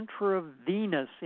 intravenous